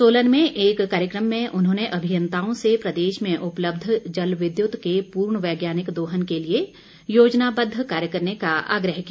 सोलन में एक कार्यक्रम में उन्होंने अभियंताओं से प्रदेश में उपलब्ध जल विद्युत के पूर्ण वैज्ञानिक दोहन के लिए योजनाबद्व कार्य करने का आग्रह किया